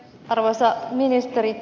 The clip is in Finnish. arvoisa ministeri